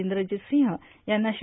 इंद्रजित र्संह यांना श्री